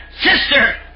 sister